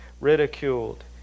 ridiculed